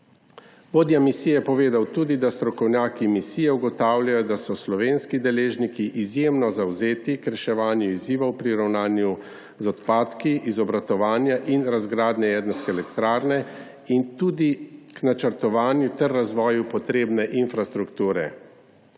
Vodja misije je tudi povedal, da strokovnjaki misije ugotavljajo, da so slovenski deležniki izjemno zavzeti k reševanju izzivov pri ravnanju z odpadki iz obratovanja in razgradnje jedrske elektrarne in tudi k načrtovanju ter razvoju potrebne infrastrukture.